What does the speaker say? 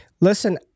listen